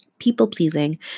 people-pleasing